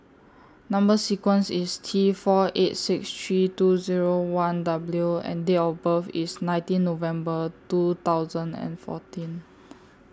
Number sequence IS T four eight six three two Zero one W and Date of birth IS nineteen November two thousand and fourteen